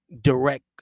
direct